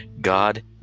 God